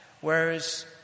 Whereas